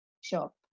shop